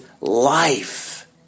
life